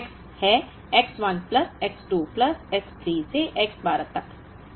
sigma X है X 1 plus X 2 plus X 3 से X 12 तक